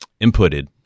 inputted